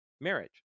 marriage